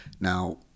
Now